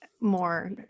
more